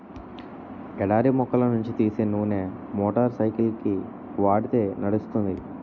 ఎడారి మొక్కల నుంచి తీసే నూనె మోటార్ సైకిల్కి వాడితే నడుస్తుంది